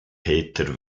peter